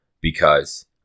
because-